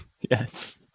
Yes